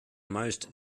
most